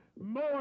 more